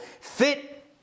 fit